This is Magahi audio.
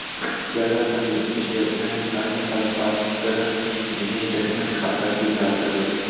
कियाक्स मशीन स्टेटमेंट, फंड हस्तानान्तरण, मिनी स्टेटमेंट, खाता की जांच करो हइ